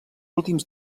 últims